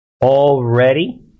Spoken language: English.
Already